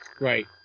Right